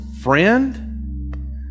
friend